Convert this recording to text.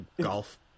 golf